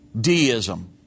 deism